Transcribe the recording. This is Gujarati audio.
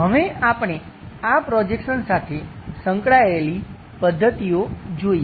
હવે આપણે આ પ્રોજેક્શન સાથે સંકળાયેલી પદ્ધતિઓ જોઈએ